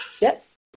Yes